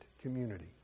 community